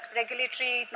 regulatory